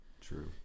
true